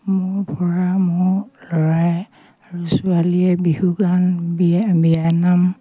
মোৰপৰা মোৰ ল'ৰাই আৰু ছোৱালীয়ে বিহুগান বিয়া বিয়ানাম